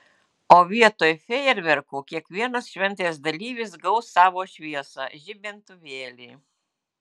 o vietoj fejerverkų kiekvienas šventės dalyvis gaus savo šviesą žibintuvėlį